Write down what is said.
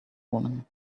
woman